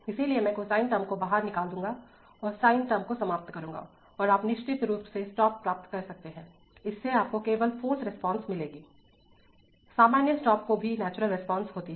इसलिए मैं cosine term को बाहर निकालूंगा और साइन टर्म को समाप्त करूंगा और आप निश्चित रूप से स्टॉप प्राप्त कर सकते हैं इससे आपको केवल फाॅर्स रिस्पांस मिलेगी सामान्य स्टॉप की भी नेचुरल रिस्पांस होती हैं